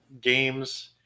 games